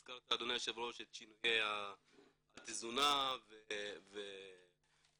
הזכרת אדוני היו"ר את שינויי התזונה